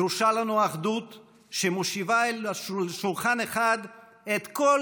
דרושה לנו אחדות שמושיבה אל שולחן אחד את כל